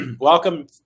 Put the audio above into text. Welcome